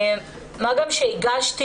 מה גם שהגשתי,